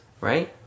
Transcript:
right